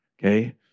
okay